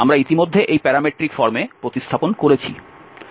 আমরা ইতিমধ্যে এই প্যারামেট্রিক ফর্মে প্রতিস্থাপন করেছি